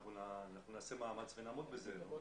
אנחנו נעשה מאמץ לעמוד בזה אנחנו מאוד